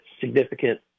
significant